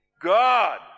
God